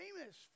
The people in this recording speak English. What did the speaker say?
famous